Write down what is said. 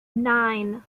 nine